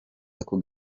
ako